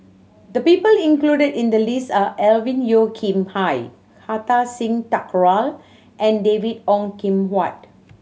the people included in the list are Alvin Yeo Khirn Hai Kartar Singh Thakral and David Ong Kim Huat